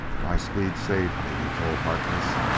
my speed saved me, he told harkness.